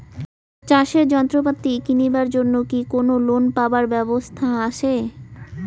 চাষের যন্ত্রপাতি কিনিবার জন্য কি কোনো লোন পাবার ব্যবস্থা আসে?